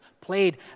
played